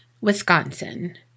Wisconsin